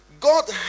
God